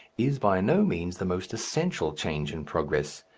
is by no means the most essential change in progress.